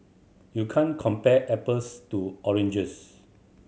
you can't compare apples to oranges